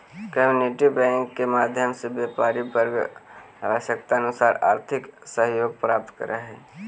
community bank के माध्यम से व्यापारी वर्ग आवश्यकतानुसार आर्थिक सहयोग प्राप्त करऽ हइ